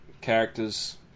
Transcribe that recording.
characters